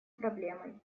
проблемой